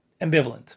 ambivalent